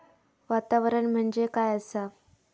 वातावरण म्हणजे काय असा?